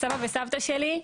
סבא וסבתא שלי,